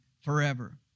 forever